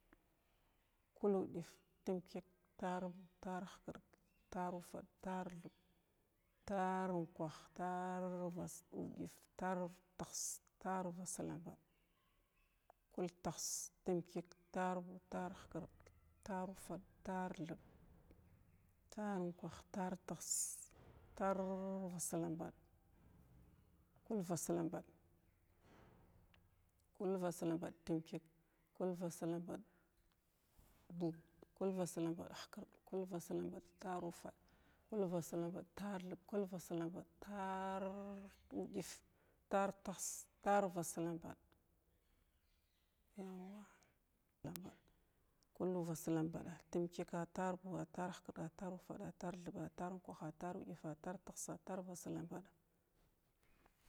Kul uɗif tum chik, tar buu, tar hkird, tar ufad, tar thiɓ, tar unkwaha, tar vas tar uɗif, tar tihs, tar vaslaɓada kul tihs, dum chik, tar buu, tar hkird, tar ufad, tar thiɓ, tar unkwaha, tar tihs, tar vaslambad, kul vaslambaɗ kul vaslambaɗ tum chik, kul vaslambaɗ buu, kul vaslambaɗ hkird, kul vaslambaɗ tar ufad, kul vaslambaɗ tar thiɓ, kul vaslambaɗ tar unkwaha, kul vaslambaɗ udif, tar tihs, tar vaslambad, in ma kul vaslambaɗ tum chika tar buu, tar hkird, tar ufad, tar thiɓa, tar unkaha, tar uɗifa, tar tihsa, tar vaslamba.